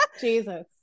Jesus